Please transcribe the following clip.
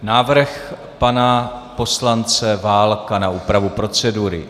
Návrh pana poslance Válka na úpravu procedury.